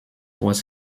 was